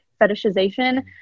fetishization